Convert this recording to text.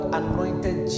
anointed